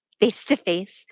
face-to-face